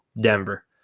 Denver